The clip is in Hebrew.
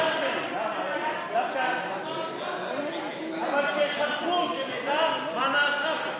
זה על השולחן שלי, אבל שיחלקו, שנדע מה נעשה.